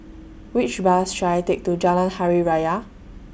Which Bus should I Take to Jalan Hari Raya